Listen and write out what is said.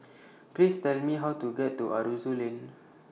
Please Tell Me How to get to Aroozoo Lane